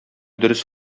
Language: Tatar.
дөрес